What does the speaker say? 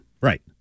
Right